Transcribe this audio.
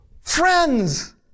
Friends